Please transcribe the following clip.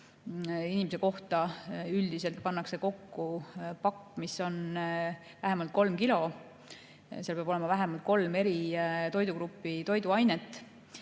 Inimese kohta üldiselt pannakse kokku pakk, mis on vähemalt kolm kilo. Seal peab olema vähemalt kolm eri toidugrupi toiduainet.